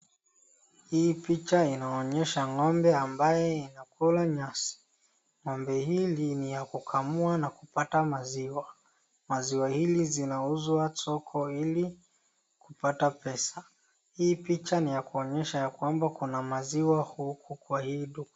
Ng`ombe ambaye inakula nyasi. Ng`ombe hili ni ya kukamua na kupata maziwa. Maziwa hili zinauzwa soko ili kupata pesa. Kuonyesha ya kwamba kuna maziwa kwa hii duka.